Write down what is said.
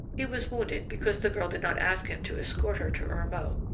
he was wounded because the girl did not ask him to escort her to ormeaux,